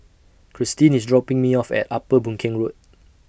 Kristyn IS dropping Me off At Upper Boon Keng Road